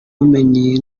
ubumenyi